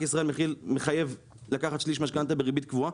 ישראל מחייב לקחת שליש משכנתא בריבית קבועה,